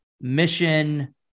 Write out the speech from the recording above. mission